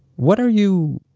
what are you,